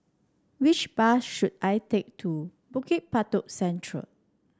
which bus should I take to Bukit Batok Central